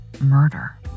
murder